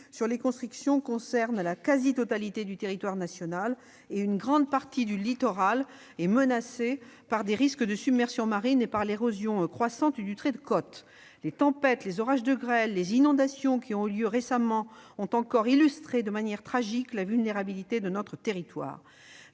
sur les constructions concernent la quasi-totalité du territoire national et une grande partie du littoral est menacée par des risques de submersion marine et par l'érosion croissante du trait de côte. Les tempêtes, les orages de grêle, les inondations qui ont eu lieu récemment ont encore illustré de manière tragique la vulnérabilité de notre territoire.